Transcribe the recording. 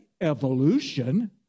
evolution